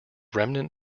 remnant